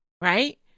right